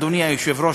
אדוני היושב-ראש,